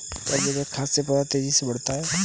क्या जैविक खाद से पौधा तेजी से बढ़ता है?